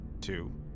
two